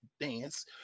dance